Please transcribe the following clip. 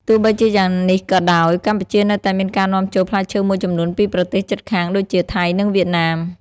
ទោះបីជាយ៉ាងនេះក៏ដោយ កម្ពុជានៅតែមានការនាំចូលផ្លែឈើមួយចំនួនពីប្រទេសជិតខាងដូចជា ថៃ និងវៀតណាម។